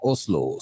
Oslo